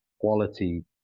quality